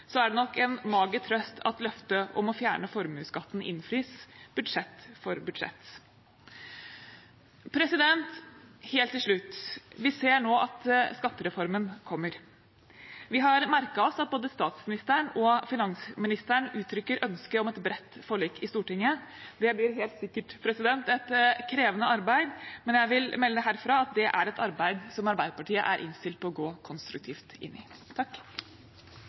er det nok en mager trøst at løftet om å fjerne formuesskatten innfris budsjett for budsjett. Helt til slutt: Vi ser nå at skattereformen kommer. Vi har merket oss at både statsministeren og finansministeren uttrykker ønske om et bredt forlik i Stortinget. Det blir helt sikkert et krevende arbeid, men jeg vil melde herfra at det er et arbeid som Arbeiderpartiet er innstilt på å gå konstruktivt inn i.